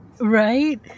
Right